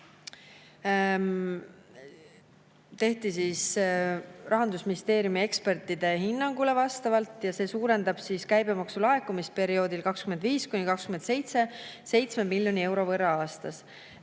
[otsustati] Rahandusministeeriumi ekspertide hinnangule vastavalt ja see suurendab käibemaksu laekumist perioodil 2025–2027 7 miljoni euro võrra aastas.